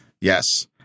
Yes